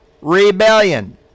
Rebellion